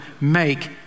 make